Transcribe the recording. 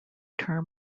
term